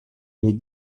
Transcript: les